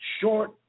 Short